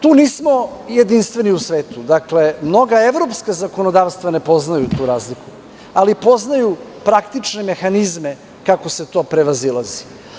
Tu nismo jedinstveni u svetu, dakle, mnoga evropska zakonodavstva ne poznaju tu razliku, ali poznaju praktične mehanizme kako se to prevazilazi.